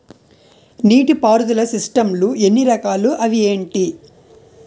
నీటిపారుదల సిస్టమ్ లు ఎన్ని రకాలు? అవి ఏంటి?